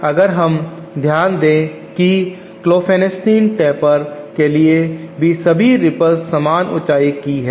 एक बात अगर हम ध्यान दें क्लोफेनेस्टीन टेपर के लिए की सभी रिपल्स समान ऊंचाई की है